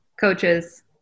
coaches